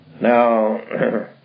Now